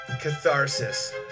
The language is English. catharsis